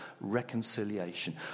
reconciliation